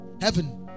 Heaven